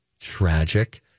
Tragic